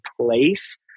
place